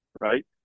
right